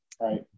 Right